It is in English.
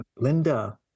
Linda